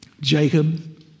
Jacob